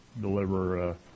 deliver